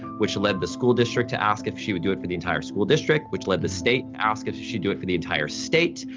which lead the school district to ask if she would do it for the entire school district which lead the state to ask if she'd do it for the entire state,